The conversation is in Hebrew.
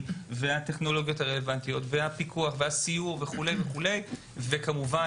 והטכנולוגיות הרלוונטיות והפיקוח והסיור וכו' וכמובן